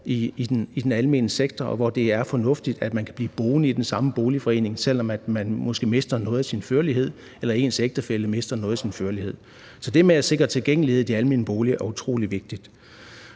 i den almene sektor, og hvor det er fornuftigt, at man kan blive boende i den samme boligforening, selv om man måske mister noget af sin førlighed eller ens ægtefælle mister noget af sin førlighed. Så det med at sikre tilgængelighed i de almene boliger er utrolig vigtigt.